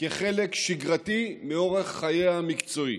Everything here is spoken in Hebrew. כחלק שגרתי מאורח חייה המקצועי.